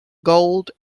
gold